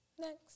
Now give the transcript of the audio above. Next